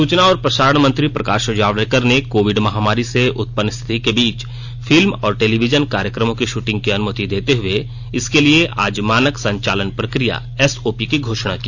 सूचना और प्रसारण मंत्री प्रकाश जावड़ेकर ने कोविड महामारी से उत्पन्न स्थिति के बीच फिल्म और टेलीविजन कार्यक्रमों की शूटिंग की अनुमति देते हुए इसके लिए आज मानक संचालन प्रक्रिया एसओपी की घोषणा की